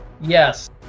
Yes